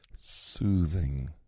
soothing